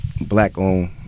black-owned